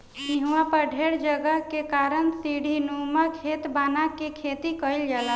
इहवा पर ढेर जगह के कारण सीढ़ीनुमा खेत बना के खेती कईल जाला